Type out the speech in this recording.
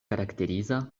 karakteriza